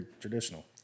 traditional